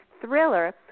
thriller